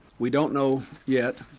we don't know yet,